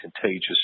contagious